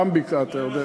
גם בקעת-הירדן.